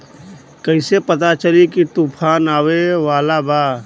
कइसे पता चली की तूफान आवा वाला बा?